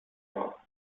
war